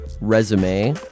Resume